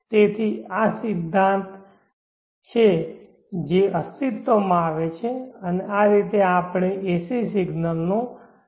તેથી આ તે સિદ્ધાંત છે જે અસ્તિત્વમાં આવે છે અને આ રીતે આપણે AC સિગ્નલને DC